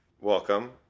Welcome